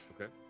Okay